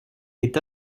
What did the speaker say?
est